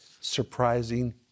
surprising